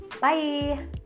bye